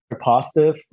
positive